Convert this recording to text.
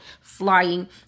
flying